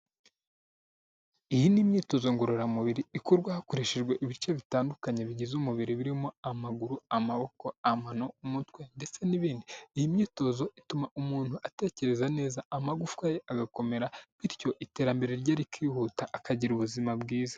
Iyi ni imyitozo ngororamubiri ikorwa hakoreshejwe ibice bitandukanye bigize umubiri birimo amaguru, amaboko, amano, umutwe ndetse n'ibindi. Iyi myitozo ituma umuntu atekereza neza amagufwa ye agakomera, bityo iterambere rye rikihuta akagira ubuzima bwiza,